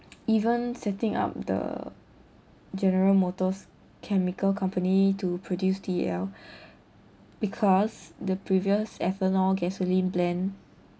even setting up the general motors chemical company to produce T_E_L because the previous ethanol gasoline blend